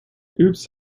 oops